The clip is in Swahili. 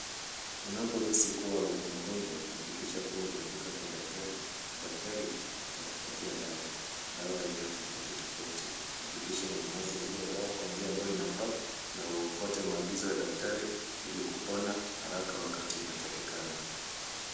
Unapo hisi kua uko mgonjwa hakikisha kua umefika kwa daktari na daktari atakupatia dawa. Dawa aina tofauti tofauti, hakikisha umemeza zile dawa kwa njia ambayo inafaa na ufuate maagizo ya daktari ili kupona haraka wakati inatakikana.